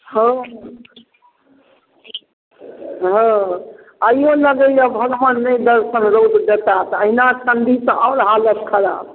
हँ हँ आइयो लगैए भगवान नहि दर्शन रौद देता तऽ अहिना ठण्ढीसँ आओर हालत खराब